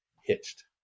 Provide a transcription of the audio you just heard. hitched